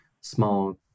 small